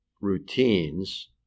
routines